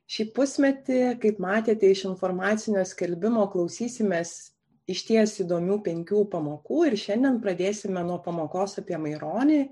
šį pusmetį kaip matėte iš informacinio skelbimo klausysimės išties įdomių penkių pamokų ir šiandien pradėsime nuo pamokos apie maironį